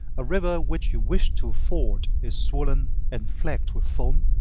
a river which you wish to ford is swollen and flecked with foam,